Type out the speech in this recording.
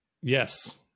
Yes